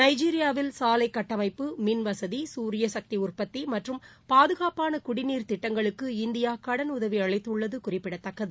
நைஜீரியாவில் சாலை கட்டமைப்பு மின் வசதி சூரிகக்தி உற்பத்தி மற்றும் பாதுகாப்பான குடிநீர் திட்டங்களுக்கு இந்தியா கடனுதவி அளித்துள்ளது குறிப்பிடத்தக்கது